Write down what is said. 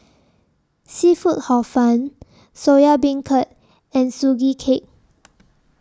Seafood Hor Fun Soya Beancurd and Sugee Cake